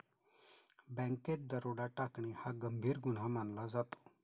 बँकेत दरोडा टाकणे हा गंभीर गुन्हा मानला जातो